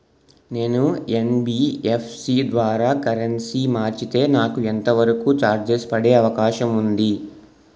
నేను యన్.బి.ఎఫ్.సి ద్వారా కరెన్సీ మార్చితే నాకు ఎంత వరకు చార్జెస్ పడే అవకాశం ఉంది?